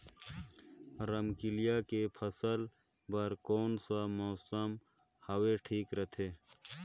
रमकेलिया के फसल बार कोन सा मौसम हवे ठीक रथे?